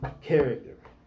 character